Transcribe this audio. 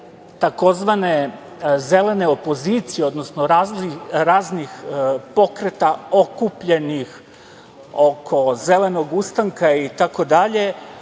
tzv. „zelene opozicije“, odnosno raznih pokreta okupljenih oko zelenog ustanka itd,